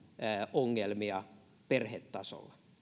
ongelmia perhetasolla